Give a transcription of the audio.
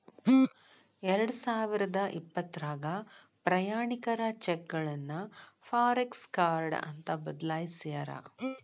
ಎರಡಸಾವಿರದ ಇಪ್ಪತ್ರಾಗ ಪ್ರಯಾಣಿಕರ ಚೆಕ್ಗಳನ್ನ ಫಾರೆಕ್ಸ ಕಾರ್ಡ್ ಅಂತ ಬದಲಾಯ್ಸ್ಯಾರ